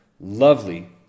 Lovely